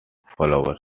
flowers